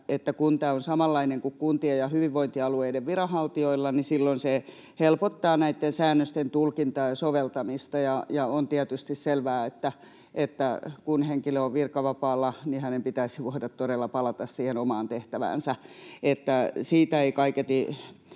kun tämä on samanlainen kuin kuntien ja hyvinvointialueiden viranhaltijoilla, niin silloin se helpottaa näitten säännösten tulkintaa ja soveltamista. On tietysti selvää, että kun henkilö on virkavapaalla, hänen pitäisi voida todella palata siihen omaan tehtäväänsä. Siitä ei kaiketi